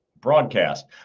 broadcast